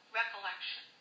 recollection